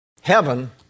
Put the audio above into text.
heaven